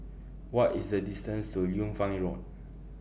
What IS The distance to Liu Fang Road